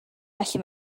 felly